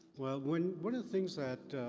well, when, one of the things that,